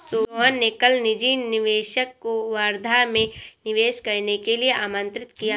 सोहन ने कल निजी निवेशक को वर्धा में निवेश करने के लिए आमंत्रित किया